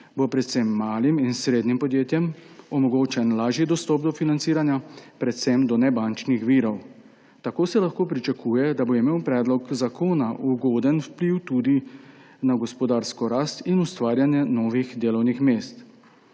bo predvsem malim in srednjim podjetjem omogočen lažji dostop do financiranja, predvsem do nebančnih virov. Tako se lahko pričakuje, da bo imel predlog zakona ugoden vpliv tudi na gospodarsko rast in ustvarjanje novih delovnih mest.